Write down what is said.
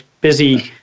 busy